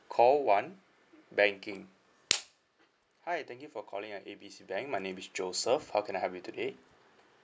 call one banking hi thank you for calling uh A B C bank my name is joseph how can I help you today